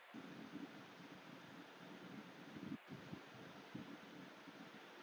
ya